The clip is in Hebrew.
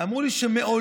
אמרו לי שמעולם,